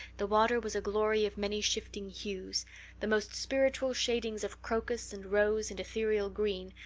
the water was a glory of many shifting hues the most spiritual shadings of crocus and rose and ethereal green,